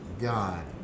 God